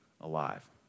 alive